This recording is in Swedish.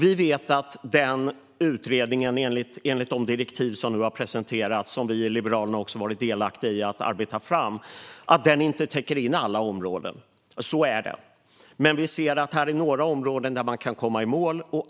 Vi vet att den utredningen, enligt de direktiv som nu har presenterats och som vi i Liberalerna också har varit delaktiga i att arbeta fram, inte täcker in alla områden. Men vi ser att det finns några områden där man kan komma i mål.